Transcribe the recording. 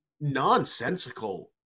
nonsensical